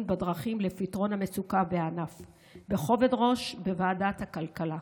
בדרכים לפתרון המצוקה בענף בכובד ראש בוועדת הכלכלה.